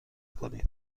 کنید